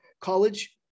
college